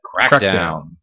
Crackdown